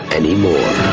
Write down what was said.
anymore